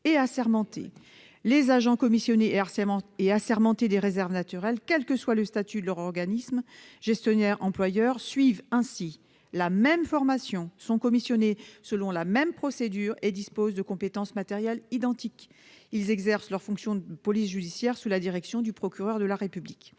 Les agents commissionnés et assermentés des réserves naturelles, quel que soit le statut de leur organisme gestionnaire employeur, suivent ainsi la même formation, sont commissionnés selon la même procédure et disposent de compétences matérielles identiques. Ils exercent leurs fonctions de police judiciaire sous la direction du procureur de la République.